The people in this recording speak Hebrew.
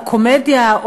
או קומדיה,